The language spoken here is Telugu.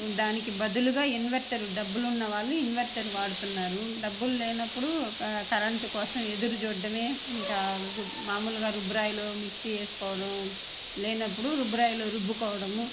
దానికి బదులుగా ఇన్వట్టర్ డబ్బులు ఉన్నవాళ్ళు ఇన్వట్టర్ వాడుతున్నారు డబ్బులు లేనప్పుడు కరెంటు కోసం ఎదురు చూడటమే ఇంకా మామూలుగా రుబ్బురాయిలో మిక్సీ వేసుకోవడం లేనప్పుడు రుబ్బురాయిలో రుబ్బుకోవడము